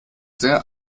sehr